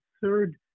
third